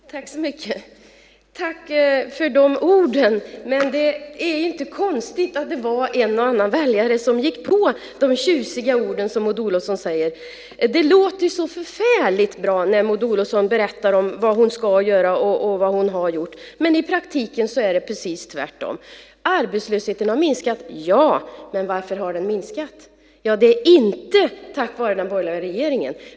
Fru talman! Tack, ministern, för de orden. Det är inte konstigt att en eller annan väljare gick på de tjusiga ord som Maud Olofsson säger. Det låter så bra när Maud Olofsson berättar vad hon ska göra och vad hon har gjort, men i praktiken är det precis tvärtom. Arbetslösheten har minskat, ja, men varför? Det är inte tack vare den borgerliga regeringen.